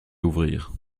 ouvrir